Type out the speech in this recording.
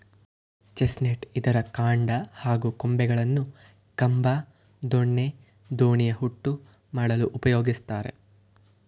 chestnut ಇದ್ರ ಕಾಂಡ ಹಾಗೂ ಕೊಂಬೆಗಳನ್ನು ಕಂಬ ದೊಣ್ಣೆ ದೋಣಿಯ ಹುಟ್ಟು ಮಾಡಲು ಉಪಯೋಗಿಸ್ತಾರೆ